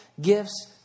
gifts